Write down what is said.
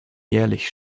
jährlich